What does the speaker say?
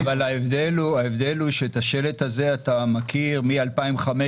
אבל ההבדל הוא שאת השלט הזה אתה מכיר משנת